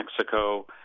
Mexico